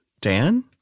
Dan